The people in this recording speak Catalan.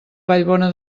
vallbona